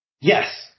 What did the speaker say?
Yes